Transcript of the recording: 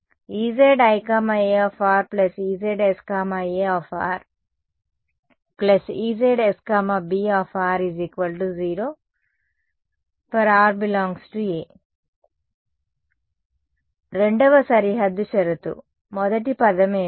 EziA EzsA EzsB 0 for r ∈ A రెండవ సరిహద్దు షరతు మొదటి పదం ఏమిటి